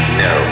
no